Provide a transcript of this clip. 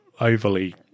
overly